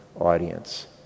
audience